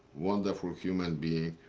wonderful human being.